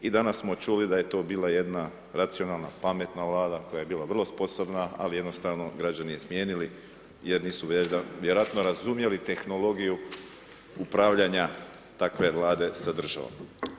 I danas smo čuli da je to bila jedna racionalna pametna Vlada koja je bila vrlo sposobna, ali jednostavno građani je smijenili jer nisu vjerojatno razumjeli tehnologiju upravljanja takve Vlade sa državom.